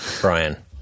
Brian